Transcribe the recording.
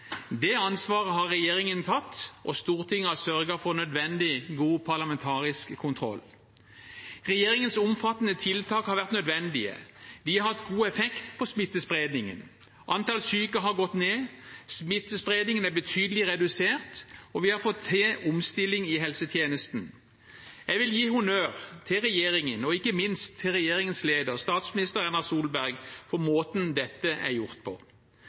Det ansvaret har regjeringen tatt, og Stortinget har sørget for nødvendig god parlamentarisk kontroll. Regjeringens omfattende tiltak har vært nødvendige. De har hatt god effekt på smittespredningen. Antall syke har gått ned, smittespredningen er betydelig redusert, og vi har fått til omstilling i helsetjenesten. Jeg vil gi honnør til regjeringen og ikke minst til regjeringens leder, statsminister Erna Solberg, for måten dette er gjort på.